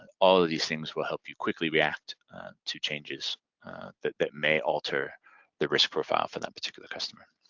and all of these things will help you quickly react to changes that that may alter the risk profile for that particular customer.